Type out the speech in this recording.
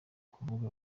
kuvuga